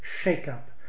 shake-up